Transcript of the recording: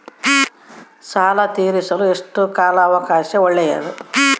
ಸಾಲ ತೇರಿಸಲು ಎಷ್ಟು ಕಾಲ ಅವಕಾಶ ಒಳ್ಳೆಯದು?